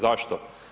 Zašto?